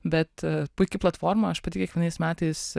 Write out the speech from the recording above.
bet puiki platforma aš pati kiekvienais metais